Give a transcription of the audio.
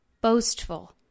boastful